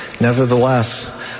Nevertheless